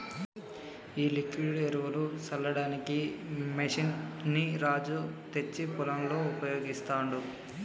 ఈ లిక్విడ్ ఎరువులు సల్లడానికి మెషిన్ ని రాజు తెచ్చి పొలంలో ఉపయోగిస్తాండు